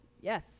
Yes